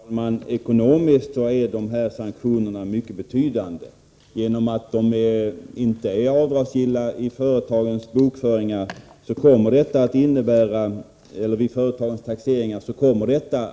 Herr talman! Ekonomiskt är dessa sanktioner mycket betydande. Det faktum att de inte är avdragsgilla vid företagens taxeringar kommer att innebära att de kan slå mycket hårt.